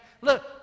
Look